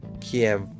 Kiev